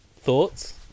Thoughts